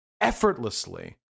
effortlessly